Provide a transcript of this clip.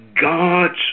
God's